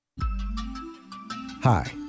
Hi